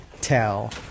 tell